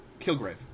Kilgrave